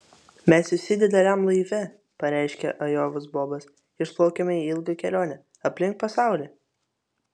mes visi dideliam laive pareiškė ajovos bobas išplaukiame į ilgą kelionę aplink pasaulį